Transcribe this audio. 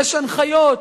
יש הנחיות,